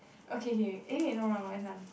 okay K wait eh wait no wrong my turn